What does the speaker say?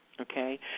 okay